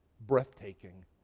breathtaking